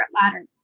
ladder